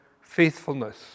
faithfulness